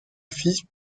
fils